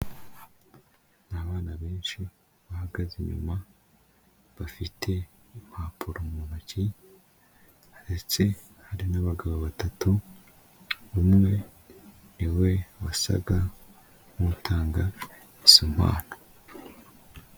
Ni abana benshi bahagaze inyuma bafite impapuro mu ntoki ndetse hari n'abagabo batatu, umwe ni we wasaga nk'utanga izo mpano.